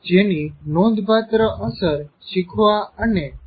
જેની નોંધપાત્ર અસર શીખવા અને સ્મરણ શક્તિ પર થાય છે